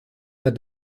that